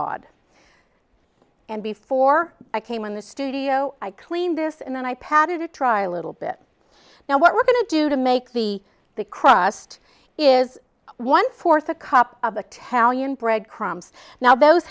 ed and before i came in the studio i cleaned this and then i patted it dry a little bit now what we're going to do to make the crust is one fourth a cup of the talian bread crumbs now those